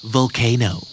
Volcano